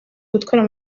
gutwara